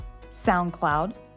SoundCloud